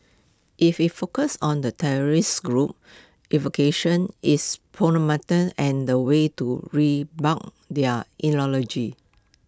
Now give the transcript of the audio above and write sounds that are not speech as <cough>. if IT focuses on the terrorist group's <unintelligible> its <unintelligible> and the ways to <unintelligible> bunk their <unintelligible>